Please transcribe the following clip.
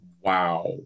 Wow